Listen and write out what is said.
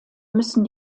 müssen